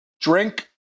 drink